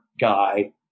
guy